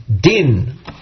din